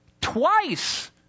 twice